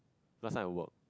last time I work